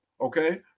Okay